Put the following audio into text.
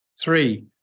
Three